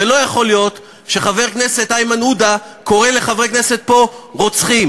ולא יכול להיות שחבר הכנסת איימן עודה קורא לחברי כנסת פה "רוצחים".